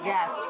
Yes